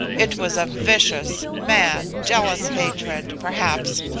it was a vicious, mad, jealous hatred, perhaps,